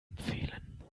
empfehlen